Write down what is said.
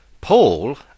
Paul